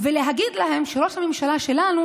ולהגיד להם שראש הממשלה שלנו,